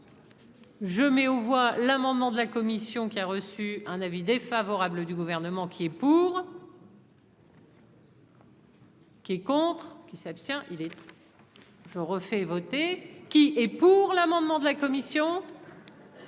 Je mets aux voix l'amendement de la commission qui a reçu un avis défavorable du gouvernement qui est pour. Qui est contre qui s'abstient, il est. En ce. Je refais voter qui est pour l'amendement de la commission.